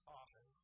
often